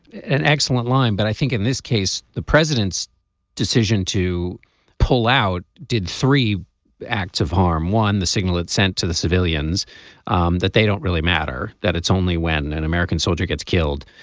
an excellent line but i think in this case the president's decision to pull out did three acts of harm one the signal it sent to the civilians um that they don't really matter that it's only when an and american soldier gets killed.